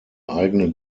eigene